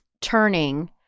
turning